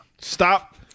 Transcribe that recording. Stop